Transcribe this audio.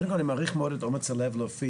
קודם כל אני מאוד מעריך את אומץ הלב להופיע.